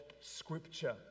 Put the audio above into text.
scripture